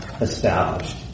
established